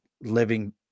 living